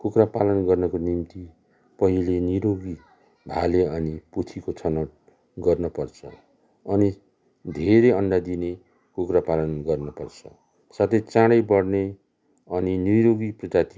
कुखुरा पालन गर्नको निम्ति पहिले निरोगी भाले अनि पोथीको छनौट गर्नपर्छ अनि धेरै अन्डा दिने कुखुरा पालन गर्न पर्छ साथै चाँडै बढ्ने अनि निरोगी प्रजातिको